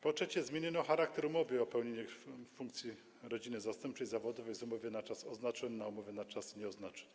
Po trzecie, zmieniono charakter umowy o pełnienie funkcji rodziny zastępczej zawodowej z umowy na czas oznaczony na umowę na czas nieoznaczony.